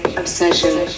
obsession